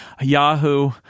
Yahoo